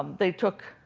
they took